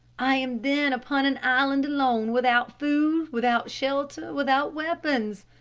i am then upon an island alone, without food, without shelter, without weapons!